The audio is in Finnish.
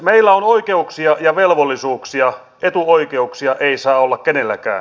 meillä on oikeuksia ja velvollisuuksia etuoikeuksia ei saa olla kenelläkään